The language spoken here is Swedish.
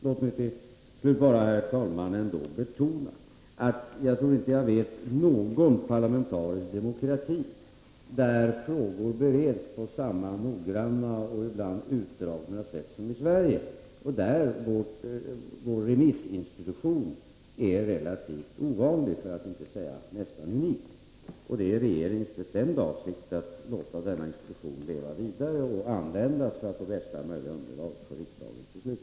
Låt mig till slut, herr talman, betona att jag inte vet någon parlamentarisk demokrati där frågor bereds på samma noggranna och ibland utdragna sätt somi Sverige. Vår remissinstitution är relativt ovanlig för att inte säga nästan unik. Det är regeringens bestämda avsikt att låta den institutionen leva vidare och använda den för att få bästa möjliga underlag för riksdagens beslut.